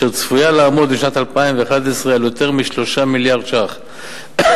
שצפוי שתעמוד בשנת 2011 על יותר מ-3 מיליארד שקלים.